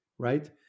right